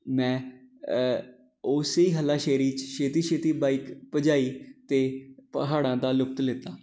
ਮੈਂ ਉਸ ਹੀ ਹੱਲਾਸ਼ੇਰੀ 'ਚ ਛੇਤੀ ਛੇਤੀ ਬਾਈਕ ਭਜਾਈ ਅਤੇ ਪਹਾੜਾਂ ਦਾ ਲੁਤਫ਼ ਲਿੱਤਾ